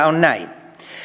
on näin